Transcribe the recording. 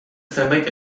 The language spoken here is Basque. zenbait